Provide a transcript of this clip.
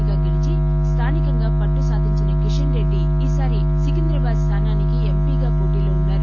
ఏగా గెలీచి స్దానికంగా పట్టు కలిగివున్న కిషన్ రెడ్డి ఈసారి సికింద్రాబాద్ స్థానానికి ఎంపీగా పోటీలో వున్సారు